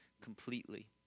completely